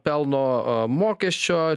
pelno mokesčio